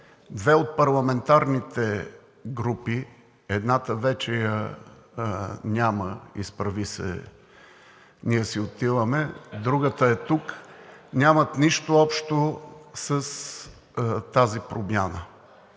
две от парламентарните групи – едната вече я няма – „Изправи се! Ние си отиваме!“, другата е тук, нямат нищо общо с тази промяна.